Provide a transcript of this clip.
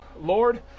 Lord